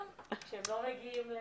כך שאני מאוד מכיר את